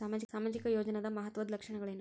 ಸಾಮಾಜಿಕ ಯೋಜನಾದ ಮಹತ್ವದ್ದ ಲಕ್ಷಣಗಳೇನು?